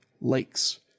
lakes